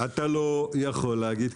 אתה לא יכול להגיד,